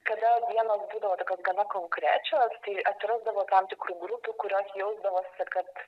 kada dienos būdavo tokios gana konkrečios tai atsirasdavo tam tikrų grupių kurios jausdavosi kad